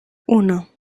uno